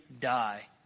die